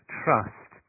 trust